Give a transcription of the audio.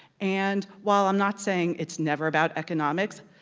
and while i'm not saying it's never about economics,